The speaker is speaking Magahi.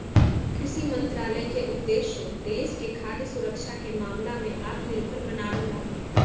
कृषि मंत्रालय के उद्देश्य देश के खाद्य सुरक्षा के मामला में आत्मनिर्भर बनावे ला हई